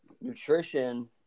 nutrition